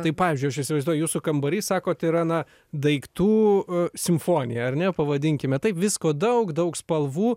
tai pavyzdžiui aš įsivaizduoju jūsų kambarys sakot yra na daiktų simfonija ar ne pavadinkime taip visko daug daug spalvų